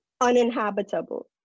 uninhabitable